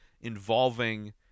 involving